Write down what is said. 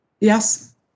Yes